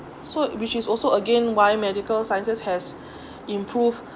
so which is also again why medical sciences has improved